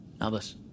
Albus